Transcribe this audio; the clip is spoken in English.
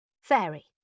Fairy